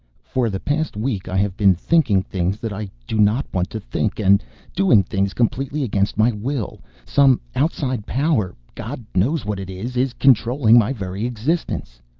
for the past week i have been thinking things that i do not want to think and doing things completely against my will. some outside power god knows what it is is controlling my very existence.